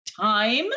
time